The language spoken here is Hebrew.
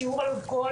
שיעור על אלכוהול,